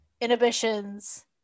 inhibitions